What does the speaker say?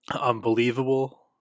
unbelievable